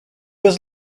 was